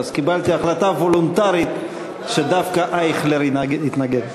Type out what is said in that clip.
אז קיבלתי החלטה וולונטרית שדווקא אייכלר יתנגד.